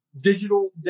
digital